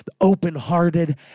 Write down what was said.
open-hearted